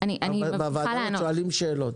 בוועדה שואלים שאלות.